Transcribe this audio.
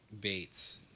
Bates